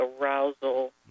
arousal